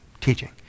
teaching